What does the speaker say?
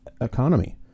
economy